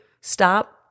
stop